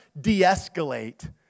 de-escalate